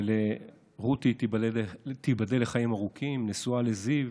ולרותי, תיבדל לחיים ארוכים, נשואה לזיו